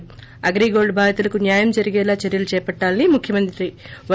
ి అగ్రిగోల్ బాధితులకు న్యాయం జరిగేలా చర్యలు చేపట్టాలని ముఖ్యమంత్రి వై